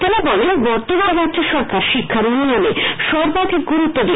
তিনি বলেন বর্তমান রাজ্য সরকার শিক্ষার উন্নয়নে সর্বাধিক গুরত্ব দিয়েছে